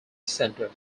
center